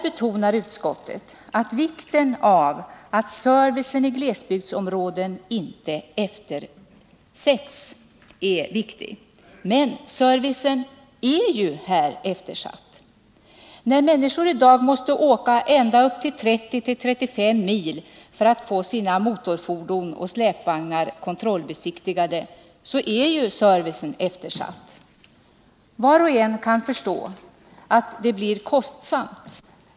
I betänkandet 1979/80:3 betonar utskottet vikten av att servicen i glesbygdsområden inte eftersätts. Men servicen är ju här eftersatt. När människor i dag måste åka ända upp till 30-35 mil för att få sina motorfordon och släpvagnar kontrollbesiktigade är ju servicen eftersatt. Var och en kan förstå att det blir kostsamt.